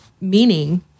meaning